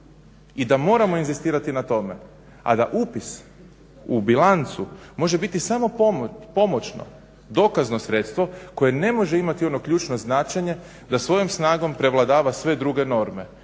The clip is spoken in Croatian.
i da moramo inzistirati na tome, a da upis u bilancu može biti samo pomoćno, dokazno sredstvo koje ne može imati ono ključno značenje da svojom snagom prevladava sve druge norme,